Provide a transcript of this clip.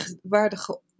waardige